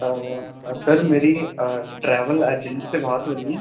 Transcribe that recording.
sir मेरी travel agency से बात हो रही है